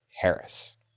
Harris